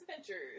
Adventures